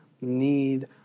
need